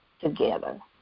together